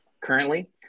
currently